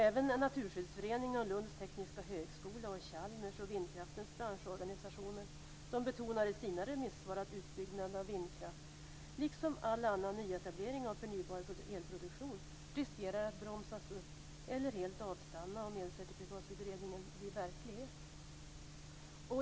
Även Naturskyddsföreningen, Lunds tekniska högskola, Chalmers och vindkraftens branschorganisationer betonar i sina remissvar att utbyggnaden av vindkraft, liksom all annan nyetablering av förnybar elproduktion, riskerar att bromsas upp eller helt avstanna om Elcertifikatutredningen blir verklighet.